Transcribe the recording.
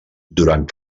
durant